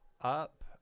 up